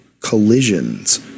Collisions